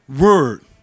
word